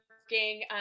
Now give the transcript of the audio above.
working